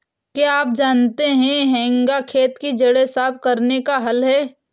क्या आप जानते है हेंगा खेत की जड़ें साफ़ करने का हल है?